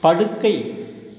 படுக்கை